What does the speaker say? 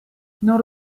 non